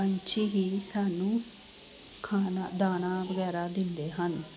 ਪੰਛੀ ਹੀ ਸਾਨੂੰ ਖਾਣਾ ਦਾਣਾ ਵਗੈਰਾ ਦਿੰਦੇ ਹਨ